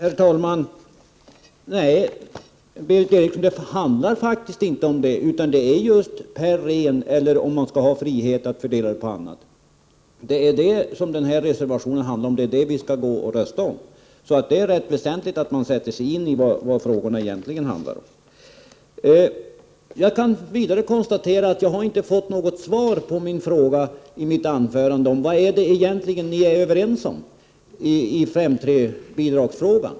Herr talman! Nej, Berith Eriksson, det handlar faktiskt inte om det, utan just om ersättning per ren eller frihet att ordna den på annat sätt. Det är det som reservationerna handlar om och det är det vi skall gå och rösta om. Det är rätt väsentligt att man sätter sig in i vad frågorna egentligen gäller. Jag kan vidare konstatera att jag inte har fått något svar på min fråga, vad ni egentligen är överens om när det gäller 5:3-bidraget.